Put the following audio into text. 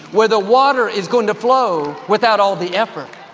where the water is going to flow without all the effort.